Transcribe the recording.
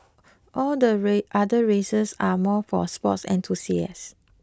all the other races are more for sports enthusiasts